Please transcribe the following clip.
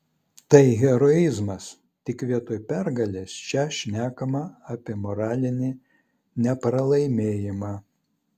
tai heroizmas tik vietoj pergalės čia šnekama apie moralinį nepralaimėjimą